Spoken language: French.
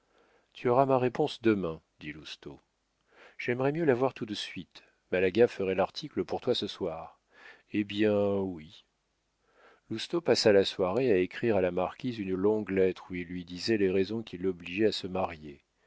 tu auras ma réponse demain dit lousteau j'aimerais mieux l'avoir tout de suite malaga ferait l'article pour toi ce soir eh bien oui lousteau passa la soirée à écrire à la marquise une longue lettre où il lui disait les raisons qui l'obligeaient à se marier